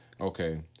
Okay